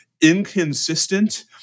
inconsistent